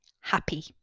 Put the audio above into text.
happy